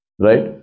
Right